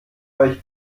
euch